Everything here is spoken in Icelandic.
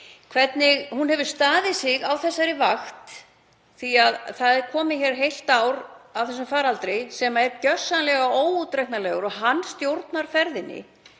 hvernig hún hefur staðið sig á þessari vakt því að það er komið heilt ár af þessum faraldri sem er gjörsamlega óútreiknanlegur. Hann stjórnar ferðinni,